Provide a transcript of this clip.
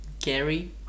Gary